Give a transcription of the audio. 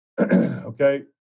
Okay